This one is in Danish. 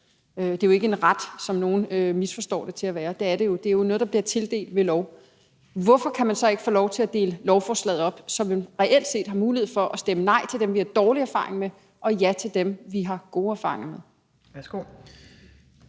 det er jo ikke en ret, som nogle misforstår det til at være, det er jo noget, der bliver tildelt ved lov. Hvorfor kan man så ikke få lov at dele lovforslaget op, så vi reelt set har mulighed for at stemme nej til dem, at vi har dårlige erfaringer med, og ja til dem, vi har gode erfaringer med?